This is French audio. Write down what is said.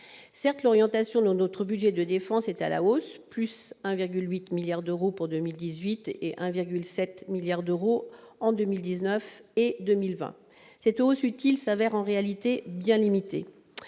Certes, l'orientation de notre budget de la défense est à la hausse, avec une augmentation de 1,8 milliard d'euros pour 2018 et 1,7 milliard d'euros en 2019 et 2020. Mais cette hausse utile se révèle en réalité bien limitée.